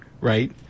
right